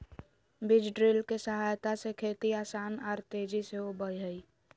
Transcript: बीज ड्रिल के सहायता से खेती आसान आर तेजी से होबई हई